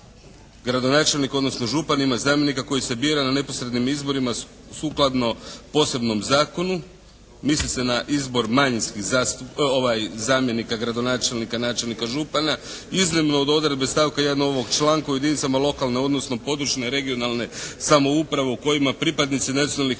gradonačelnik, odnosno župan ima zamjenika koji se bira na neposrednim izborima sukladno posebnom zakonu, misli se na izbor manjinskih, zamjenika gradonačelnika, načelnika, župana iznimno od odredbe stavka 1. ovog članka o jedinicama lokalne, odnosno područne (regionalne) samouprave u kojima pripadnici nacionalnih